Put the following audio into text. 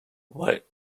while